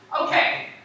Okay